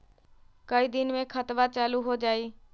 कई दिन मे खतबा चालु हो जाई?